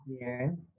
years